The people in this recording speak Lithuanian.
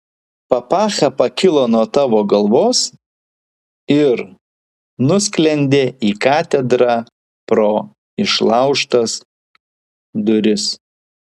papacha pakilo nuo tavo galvos ir nusklendė į katedrą pro išlaužtas duris